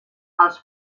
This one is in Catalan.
els